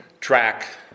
track